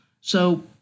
So-